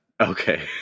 Okay